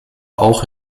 auch